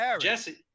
Jesse